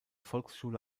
volksschule